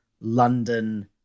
London